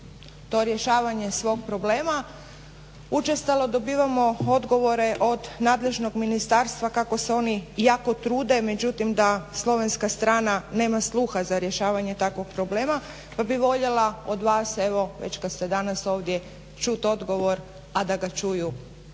to rješavanje svog problema. Učestalo dobivamo odgovore od nadležnog ministarstva kako se oni jako trude. Međutim, da slovenska strana nema sluha za rješavanje takvog problema, pa bih voljela od vas evo već kad ste danas ovdje čut odgovor a da ga čuju